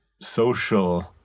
social